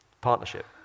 Partnership